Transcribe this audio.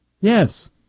Yes